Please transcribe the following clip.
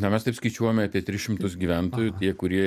na mes taip skaičiuojame tris šimtus gyventojų tie kurie